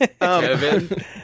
Kevin